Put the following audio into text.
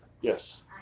Yes